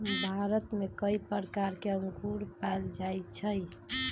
भारत में कई प्रकार के अंगूर पाएल जाई छई